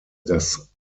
das